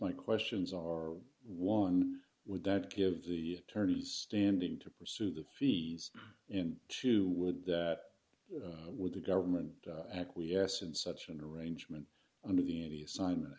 my questions are one would that give the attorneys standing to pursue the fees and to would that with the government acquiesce in such an arrangement under the assignment